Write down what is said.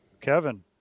Kevin